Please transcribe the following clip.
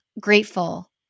grateful